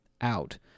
out